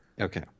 Okay